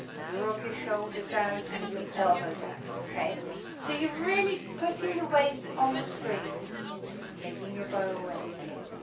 drop your shoulder down and your elbow down okay so you're really putting the weight on the string taking your bow away again